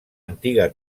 antiga